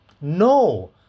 No